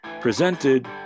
presented